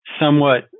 somewhat